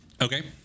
Okay